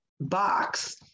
box